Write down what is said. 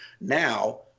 now